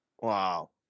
wow